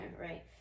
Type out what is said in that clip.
right